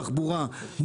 תחבורה,